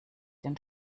den